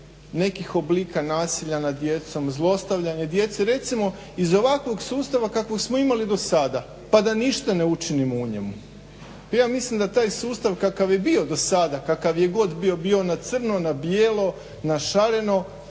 nekih oblika nasilja nad djecom, zlostavljanja djece, recimo iz ovakvog sustava kakvog smo imali do sada pa da ništa ne učinimo u njemu. Ja mislim da taj sustav kakav je bio do sada, kakav je god bio, bio na crno, na bijelo, na šareno,